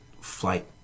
flight